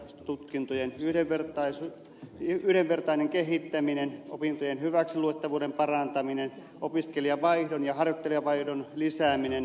tutkintojen yhdenvertainen kehittäminen opintojen hyväksiluettavuuden parantaminen opiskelijavaihdon ja harjoittelijavaihdon lisääminen